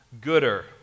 gooder